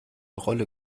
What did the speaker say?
rolle